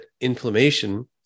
inflammation